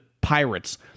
Pirates